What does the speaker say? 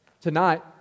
Tonight